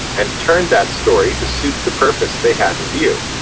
and turned that story to suit the purpose they had in view.